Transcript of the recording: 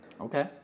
Okay